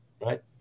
right